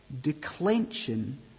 declension